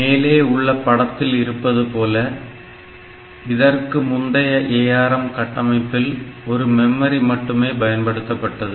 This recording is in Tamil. மேலே உள்ள படத்தில் இருப்பது போல இதற்கு முந்தைய ARM கட்டமைப்பில் ஒரு மெமரி மட்டுமே பயன்படுத்தப்பட்டது